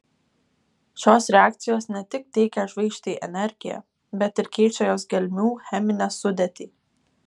šios reakcijos ne tik teikia žvaigždei energiją bet ir keičia jos gelmių cheminę sudėtį